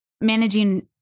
managing